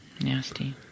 Nasty